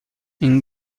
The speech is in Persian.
این